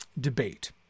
debate